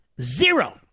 Zero